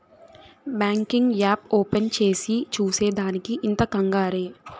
banking app open చేసి చూసే దానికి ఇంత కంగారే